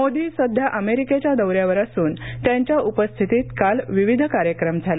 मोदी सध्या अमेरिकेच्या दौऱ्यावर असून त्यांच्या उपस्थितीत काल विविध कार्यक्रम झाले